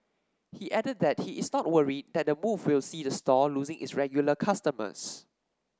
he added that he is not worried that the move will see the store losing its regular customers